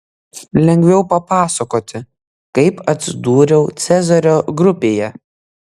lengviau papasakoti kaip atsidūriau cezario grupėje